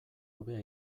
hobea